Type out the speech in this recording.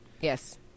Yes